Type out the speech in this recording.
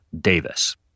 Davis